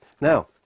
Now